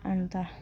अन्त